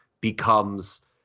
becomes –